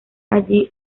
allí